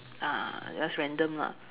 just random lah